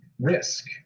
risk